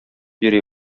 йөри